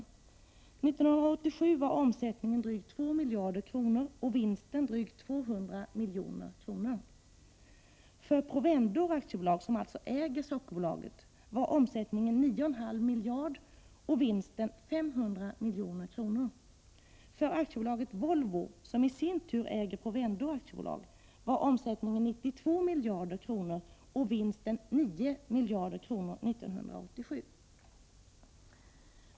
1987 var omsättningen drygt två miljarder kronor och vinsten drygt 200 milj.kr. För Provendor AB, som alltså äger Sockerbolaget, var omsättningen 9,5 miljarder och vinsten 500 milj.kr. För AB Volvo, som i sin tur äger Provendor AB, var omsättningen 92 miljarder kronor och vinsten 9 miljarder kronor 1987.